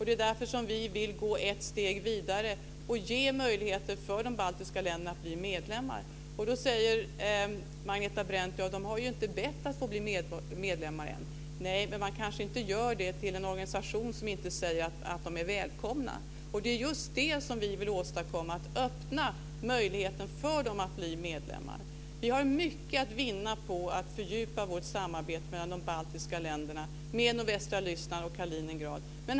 Det är därför vi vill gå ett steg vidare och ge möjligheter för de baltiska länderna att bli medlemmar. Då säger Agneta Brendt att de inte har bett att få bli medlemmar än. Nej, man kanske inte gör det till en organisation som inte säger att man är välkommen. Det är just det vi vill åstadkomma: att öppna möjligheten för dem att bli medlemmar. Vi har mycket att vinna på att fördjupa vårt samarbete med de baltiska länderna, nordvästra Ryssland och Kaliningrad.